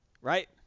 Right